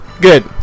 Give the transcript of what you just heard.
Good